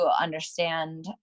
understand